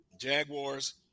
Jaguars